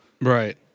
Right